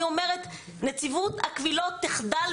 אמרתי שנציבות הקבילות תחדל מלהתקיים.